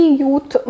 youth